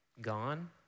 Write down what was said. gone